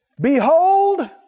Behold